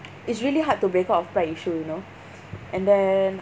it's really hard to break out of pride issue you know and then